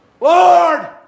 Lord